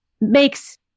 makes